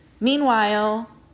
Meanwhile